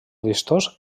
vistós